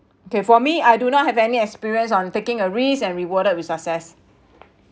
okay for me I do not have any experience on taking a risk and rewarded with success